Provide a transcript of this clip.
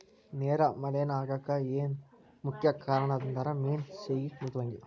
ನೇರ ಮಲೇನಾ ಆಗಾಕ ಮುಖ್ಯ ಕಾರಣಂದರ ಮೇನಾ ಸೇಗಿ ಮೃದ್ವಂಗಿ